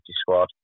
squad